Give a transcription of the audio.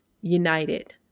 United